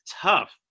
tough